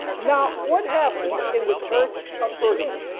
now what happened in the church of pergamum.